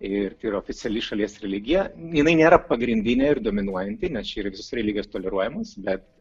ir tai yra oficiali šalies religija jinai nėra pagrindinė ir dominuojanti nes čia religijos toleruojamas bet